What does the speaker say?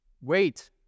wait